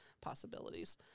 possibilities